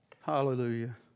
Hallelujah